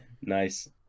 Nice